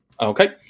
Okay